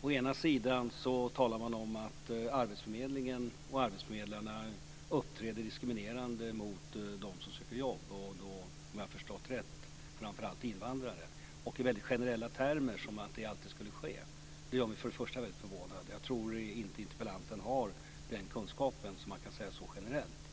För det första talas det om att arbetsförmedlingen och arbetsförmedlarna uppträder diskriminerande mot dem som söker jobb. Det gäller då - om jag har förstått det rätt - framför allt invandrare. Detta beskrivs i generella termer, som om det alltid skulle ske. Det gör mig väldigt förvånad. Jag tror inte att interpellanten har den kunskapen att hon kan säga att det är så generellt.